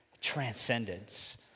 transcendence